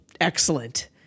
Excellent